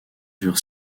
dure